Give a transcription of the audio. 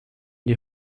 die